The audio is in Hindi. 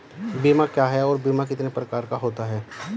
बीमा क्या है और बीमा कितने प्रकार का होता है?